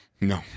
No